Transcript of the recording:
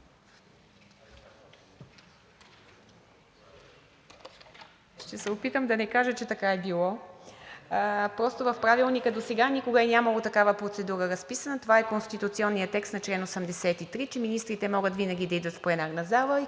Ще се опитам да не кажа, че така е било. В Правилника досега никога е нямало такава разписана процедура. Това е конституционният текст на чл. 83, че министрите могат винаги да идват в пленарната зала